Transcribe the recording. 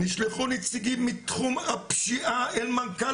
נשלחו נציגים מתחום הפשיעה אל מנכ"ל